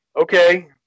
Okay